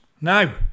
now